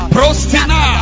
Prostina